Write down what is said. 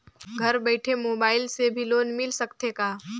घर बइठे मोबाईल से भी लोन मिल सकथे का?